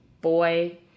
boy